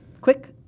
quick